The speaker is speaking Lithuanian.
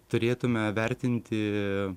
turėtume vertinti